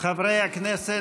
חברי הכנסת,